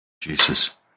Jesus